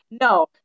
No